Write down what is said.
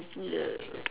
ya